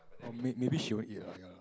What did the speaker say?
or may maybe she won't eat lah ya